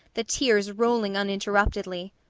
the tears rolling uninterruptedly.